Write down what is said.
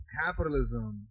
capitalism